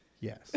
yes